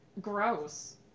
gross